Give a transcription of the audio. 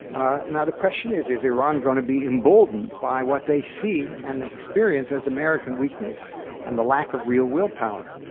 ah now, the question is, is iran going to be emboldened by what they see and experience as american weakness and the lack of real willpower?